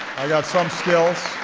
i've got some skills.